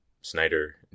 Snyder